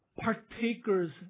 partakers